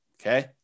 Okay